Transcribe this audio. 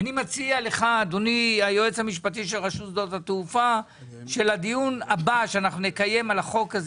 מציע שלדיון הבא שנקיים על החוק הזה